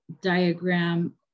diagram